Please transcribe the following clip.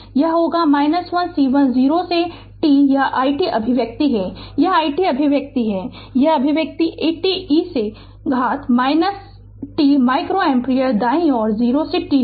तो यह होगा 1C1 0 से t यह i t अभिव्यक्ति है यह i t अभिव्यक्ति है यह अभिव्यक्ति 80 e से घात तक t माइक्रो एम्पीयर दाएँ और 0 से t है